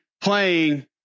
playing